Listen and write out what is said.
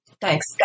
Thanks